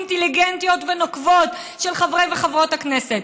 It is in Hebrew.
אינטליגנטיות ונוקבות של חברי וחברות הכנסת,